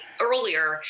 earlier